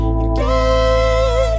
again